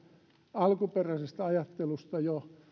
alkuperäisestä ajattelusta jo